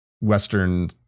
western